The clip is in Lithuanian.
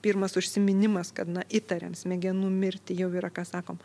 pirmas užsiminimas kad na įtariant smegenų mirtį jau yra ką sakom